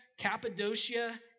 Cappadocia